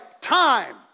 time